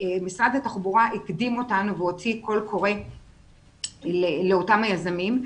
משרד התחבורה הקדים אותנו והוציא קול קורא לאותם יזמים.